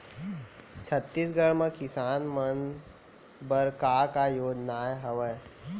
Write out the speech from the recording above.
छत्तीसगढ़ म किसान मन बर का का योजनाएं हवय?